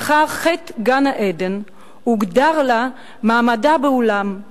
לאחר חטא גן-עדן, הוגדר לה מעמדה בעולם: